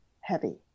heavy